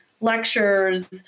lectures